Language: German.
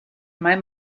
mal